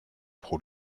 pro